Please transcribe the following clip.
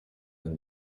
than